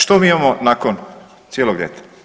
Što mi imamo nakon cijeloga ljeta?